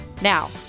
Now